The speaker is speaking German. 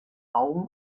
augen